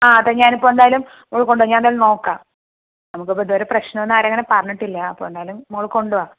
ആ അതെ ഞാനിപ്പോൾ എന്തായാലും മോള് കൊണ്ടുവാ ഞാൻ എന്തായാലും നോക്കാം നമുക്കിപ്പോൾ ഇതുവരെ പ്രശ്നമൊന്നും ആരും അങ്ങനെ പറഞ്ഞിട്ടില്ല അപ്പോൾ എന്തായാലും മോള് കൊണ്ടുവാ